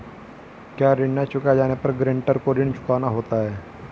क्या ऋण न चुकाए जाने पर गरेंटर को ऋण चुकाना होता है?